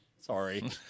Sorry